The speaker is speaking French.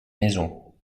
maisons